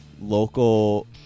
local